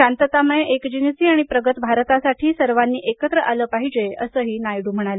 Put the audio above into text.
शांततामय एकजिनसी आणि प्रगत भारतासाठी सर्वांनी एकत्र आलं पाहिजे असंही नायडू यांनी सांगितलं